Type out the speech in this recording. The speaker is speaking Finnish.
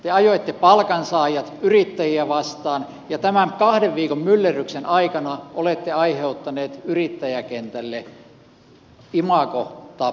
te ajoitte palkansaajat yrittäjiä vastaan ja tämän kahden viikon myllerryksen aikana olette aiheuttaneet yrittäjäkentälle imagotappioita